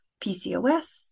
PCOS